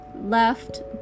left